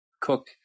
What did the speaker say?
cook